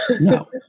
No